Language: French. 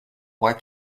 voit